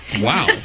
wow